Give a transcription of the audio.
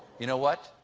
you know what?